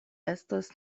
estos